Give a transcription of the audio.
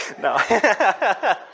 no